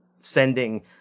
sending